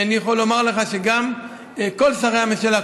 אני יכול לומר לך שגם כל שרי הממשלה,